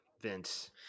Vince